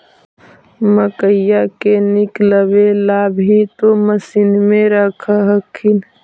मकईया के निकलबे ला भी तो मसिनबे रख हखिन?